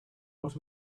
what